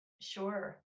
Sure